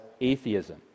atheism